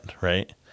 right